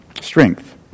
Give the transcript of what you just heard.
strength